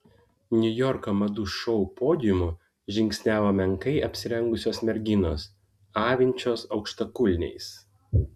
niujorko madų šou podiumu žingsniavo menkai apsirengusios merginos avinčios aukštakulniais